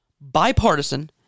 Bipartisan